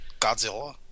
Godzilla